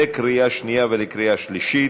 לקריאה שנייה ולקריאה שלישית.